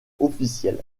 officielle